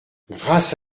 grâce